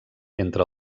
entre